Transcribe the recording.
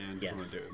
Yes